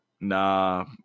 nah